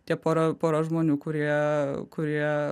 tie pora pora žmonių kurie kurie